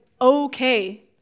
okay